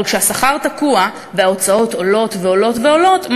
אבל כשהשכר תקוע וההוצאות עולות ועולות ועולות,